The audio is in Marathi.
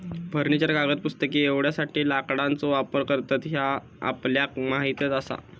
फर्निचर, कागद, पुस्तके एवढ्यासाठी लाकडाचो वापर करतत ह्या आपल्याक माहीतच आसा